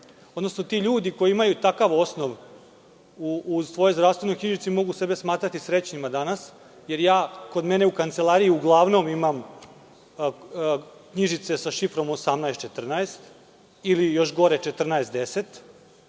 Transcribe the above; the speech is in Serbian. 1010. Ti ljudi koji imaju takav osnov u svojoj zdravstvenoj knjižici mogu sebe smatrati srećnima danas, jer ja kod mene u kancelariji uglavnom imam knjižice sa šifrom 1814 ili, još gore, 1410,